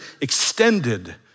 extended